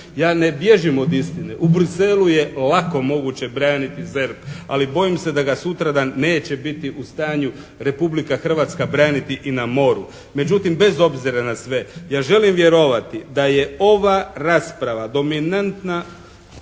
Ja ne bježim od istine. U Bruxellesu je lako moguće braniti ZERP ali bojim se da ga sutra dan neće biti u stanju Republika Hrvatska braniti i na moru. Međutim, bez obzira na sve ja želim vjerovati da je ova rasprava dominantna